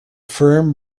firm